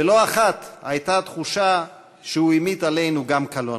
ולא אחת הייתה תחושה שהוא המיט עלינו גם קלון.